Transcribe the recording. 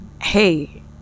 hey